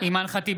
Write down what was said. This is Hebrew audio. אימאן ח'טיב